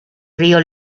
río